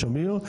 שמיר,